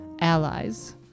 allies